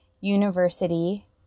university